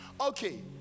Okay